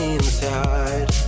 inside